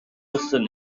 wrthon